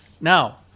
Now